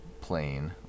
plane